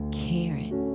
carrot